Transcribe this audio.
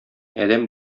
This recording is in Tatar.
адәм